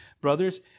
Brothers